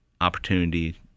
opportunity